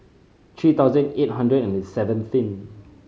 three thousand eight hundred and seven seen